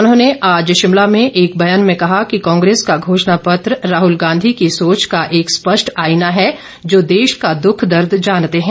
उन्होंने आज शिमला में एक बयान में कहा कि कांग्रेस का घोषणापत्र राहुल गांधी की सोच का एक स्पष्ट आइना है जो देश का दुख दर्द जानते हैं